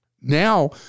Now